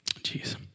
Jeez